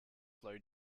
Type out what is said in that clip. flow